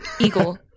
Eagle